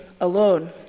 alone